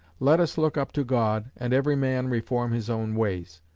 let us look up to god, and every man reform his own ways.